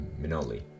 Minoli